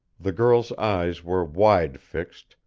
the girl's eyes were wide-fixed,